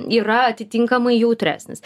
yra atitinkamai jautresnis